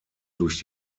durch